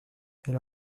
elle